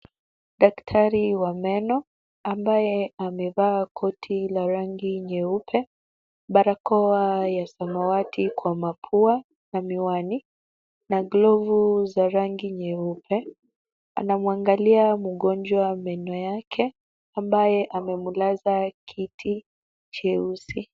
Daktari wa meno ambaye amevaa koti la rangi nyeupe, barakoa ya samawati kwa mapua na miwani na glovu za rangi nyeupe, anamwangalia mgonjwa meno yake, ambaye amemlaza kiti cheusi.